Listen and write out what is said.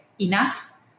enough